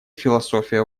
философия